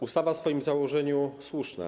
Ustawa jest w swoim założeniu słuszna.